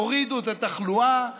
הורידו את התחלואה,